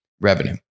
revenue